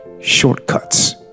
shortcuts